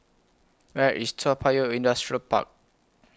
Where IS Toa Payoh Industrial Park